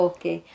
Okay